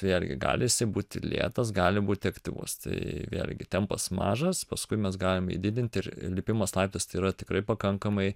vėlgi gali būti lėtas gali būti aktyvus tai vėlgi tempas mažas paskui mes galim jį didinti ir lipimas laiptais tai yra tikrai pakankamai